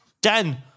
Dan